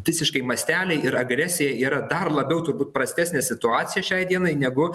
visiškai mąsteliai ir agresija yra dar labiau turbūt prastesnė situacija šiai dienai negu